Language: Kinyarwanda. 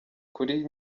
kuri